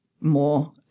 more